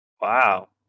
Wow